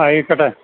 ആയിക്കോട്ടെ